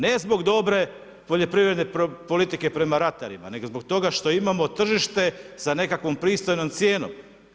Ne zbog dobre poljoprivredne politike prema ratarima, nego zbog toga što imamo tržište sa nekakvom pristojnom cijenom.